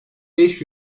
beş